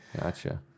Gotcha